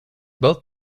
both